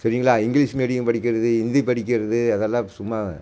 சரிங்களா English medium படிக்கிறது ஹிந்தி படிக்கிறது அதெல்லாம் சும்மா